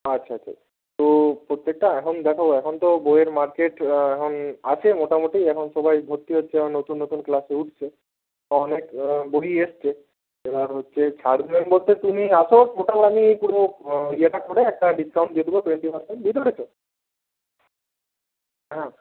আচ্ছা আচ্ছা আচ্ছা তো প্রত্যেকটা এখন দেখো এখন তো বইয়ের মার্কেট এখন আছে মোটামুটি এখন সবাই ভর্তি হচ্ছে এখন নতুন নতুন ক্লাসে উঠছে তা অনেক বই এসছে এবার হচ্ছে ছাড় দেবেন বলতে তুমি আসো টোটাল আমি পুরো ইয়েটা করে একটা ডিসকাউন্ট দিয়ে দেব টোয়েন্টি পারসেন্ট বুঝতে পারছো হ্যাঁ